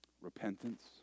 Repentance